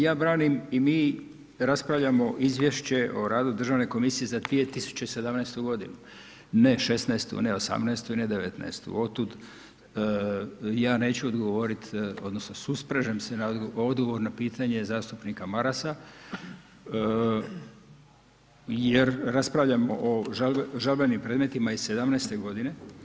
Ja branim i mi raspravljamo izvješće o radu državne komisije za 2017. godinu, ne '16., ne '18 i ne '19. otud ja neću odgovorit odnosno susprežem se na odgovor na pitanje zastupnika Marasa jer raspravljamo o žalbenim predmetima iz '17. godine.